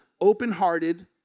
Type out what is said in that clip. open-hearted